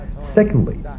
Secondly